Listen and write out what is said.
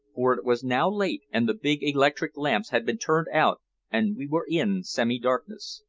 for it was now late, and the big electric lamps had been turned out and we were in semi-darkness.